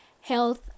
Health